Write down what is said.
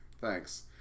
Thanks